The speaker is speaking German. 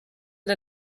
der